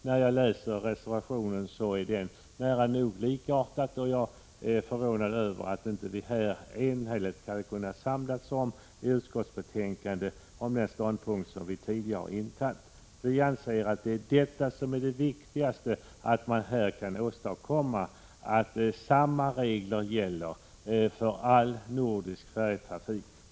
När jag läser den tillhörande reservationen finner jag den nära nog likartad och är förvånad över att det inte gick att samlas kring ett enhälligt uttalande om den ståndpunkt vi tidigare intagit. Vi anser att det är viktigast att här åstadkomma att samma regler skall gälla för all nordisk färjetrafik.